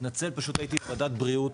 פשוט הייתי בוועדת הבריאות.